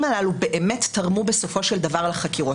הללו באמת תרמו בסופו של דבר לחקירות,